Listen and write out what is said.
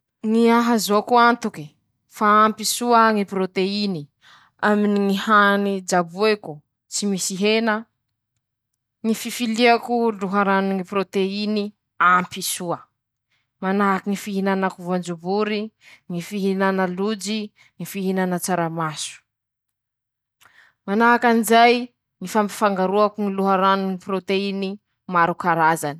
Ñy fomba mety ro malaky hampihenen-tsika ñy siramamy aminy ñy sakafon-tsika :ñy fampiasan-tsika siramamy voajanahary, eo avao koa ñy famboaran-tsika jabo aminy ñy voankazo, manahaky anizay, ñy fampihenan-tsika ñy sakafo mamy mare, ñy fampiasan-tsika raha finomy tsy misy ss.